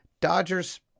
Dodgers